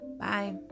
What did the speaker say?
Bye